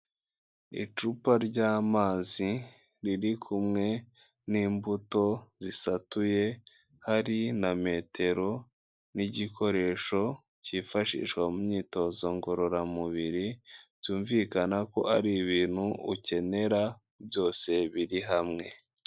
Icupa ryamazi riri kumwe n'imbuto zisatuye hari na metero, n'igikoresho cyifashishwa mu myitozo ngororamubiri, byumvikana ko ari ibintu ukenera byose biri hamwe.